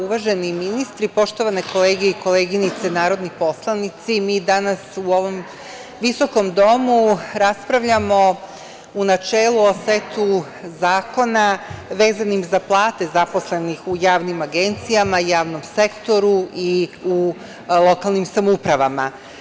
Uvaženi ministri, poštovane kolege i koleginice narodni poslanici, mi danas u ovom visokom domu raspravljamo u načelu o setu zakona vezanih za plate zaposlenih u javnim agencijama, javnom sektoru i u lokalnim samoupravama.